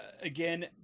again